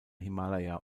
himalaya